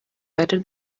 better